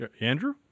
Andrew